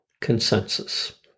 consensus